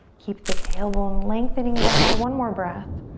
keep the tailbone lengthening down. one more breath.